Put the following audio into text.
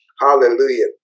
Hallelujah